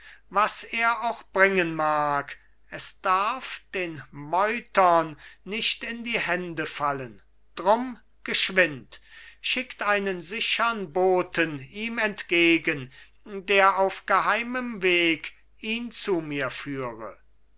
was er auch bringen mag er darf den meutern nicht in die hände fallen drum geschwind schickt einen sichern boten ihm entgegen der auf geheimem weg ihn zu mir führe